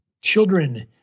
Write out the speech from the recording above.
children